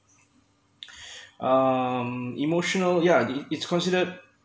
um emotional yeah d~ it it's considered